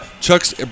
Chuck's